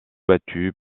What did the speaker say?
battu